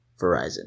Verizon